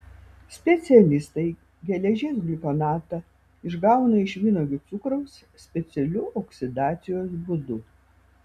specialistai geležies gliukonatą išgauna iš vynuogių cukraus specialiu oksidacijos būdu